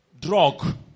drug